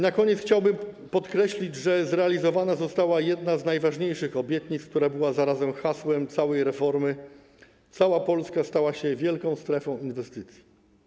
Na koniec chciałbym podkreślić, że zrealizowana została jedna z najważniejszych obietnic, będąca zarazem hasłem całej reformy, i cała Polska stała się wielką strefą inwestycji.